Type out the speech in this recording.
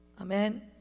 Amen